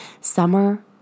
summer